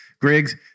Griggs